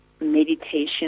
meditation